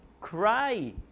cry